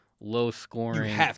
low-scoring